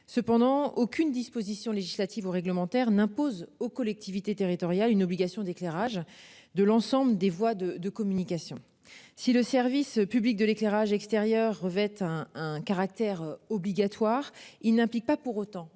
cependant aucune disposition législative ou réglementaire n'impose aux collectivités territoriales, une obligation d'éclairage de l'ensemble des voix de de communication si le service public de l'éclairage extérieur revêtent un caractère obligatoire, il n'implique pas pour autant